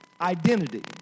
identity